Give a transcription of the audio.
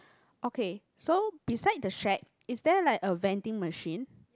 okay so beside the shack is there like a vending machine